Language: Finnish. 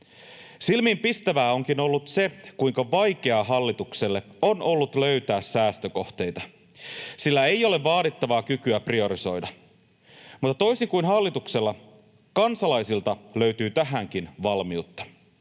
Silmiinpistävää onkin ollut se, kuinka vaikeaa hallitukselle on ollut löytää säästökohteita. Sillä ei ole vaadittavaa kykyä priorisoida, mutta toisin kuin hallituksella, kansalaisilta löytyy tähänkin valmiutta.